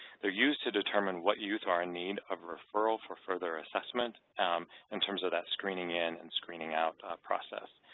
they're used to determine what youth are in need of referral for further assessment um in terms of that screening in and screening out process.